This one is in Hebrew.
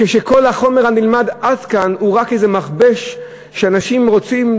כשכל החומר הנלמד עד כאן הוא רק איזה מכבש שאנשים רוצים,